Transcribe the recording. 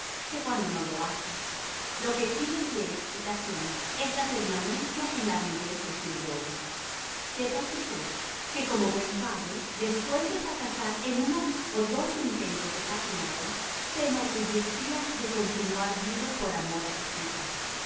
que cuando no lo hace lo que sí requiere explicación es la permanencia en la viudez de sir walter sépase pues que como buen padre después de fracasar en uno o dos intentos desatinados se enorgullecía de continuar viudo por amor a sus hijas